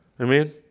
Amen